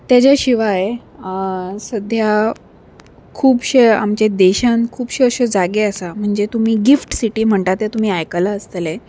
तेज्या शिवाय सद्या खुबशे आमचे देशान खुबश्यो अश्यो जागे आसा म्हणजे तुमी गिफ्ट सिटी म्हणटा ते तुमी आयकलां आसतलें